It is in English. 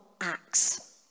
Acts